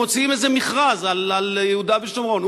הם מוציאים איזה מכרז על יהודה ושומרון.